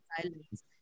silence